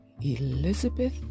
Elizabeth